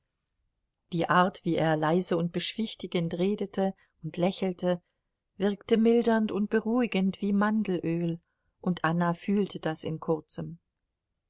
die art wie er leise und beschwichtigend redete und lächelte wirkte mildernd und beruhigend wie mandelöl und anna fühlte das in kurzem